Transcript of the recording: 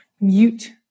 mute